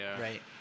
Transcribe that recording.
Right